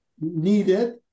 needed